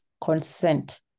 consent